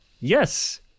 yes